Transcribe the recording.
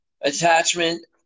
attachment